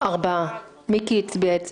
מי נגד"